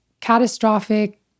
catastrophic